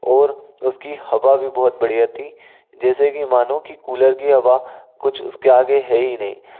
और उसकी हवा भी बहुत बढ़ियाँथी जैसे कि मानों की कूलर की हवा कुछ उसके आगे है ही नहीं